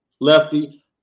Lefty